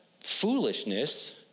foolishness